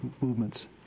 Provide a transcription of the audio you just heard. movements